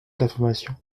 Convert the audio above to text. l’information